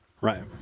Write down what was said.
Right